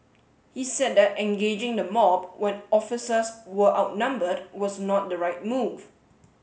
he said that engaging the mob when officers were outnumbered was not the right move